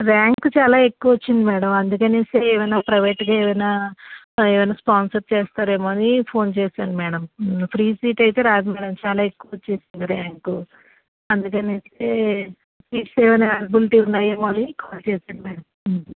rank చాలా ఎక్కువ వచ్చింది మ్యాడమ్ అందుకనేసే ఏవైనా ప్రైవేట్గా ఏవైనా ఏవైనా స్పాన్సర్ చేస్తారేమో అని ఫోన్ చేసాను మ్యాడమ్ ఫ్రీ సీటైతే రాదు మ్యాడమ్ చాలా ఎక్కువ వచ్చేసింది ర్యాంకు అందుకనేసే సీట్స్ ఏవన్నా అవైలబులిటీ ఉన్నాయేమో అని కాల్ చేసాను మ్యాడమ్